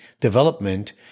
development